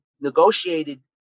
negotiated